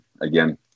again